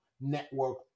network